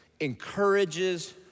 encourages